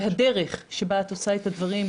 והדרך שבה את עושה את הדברים,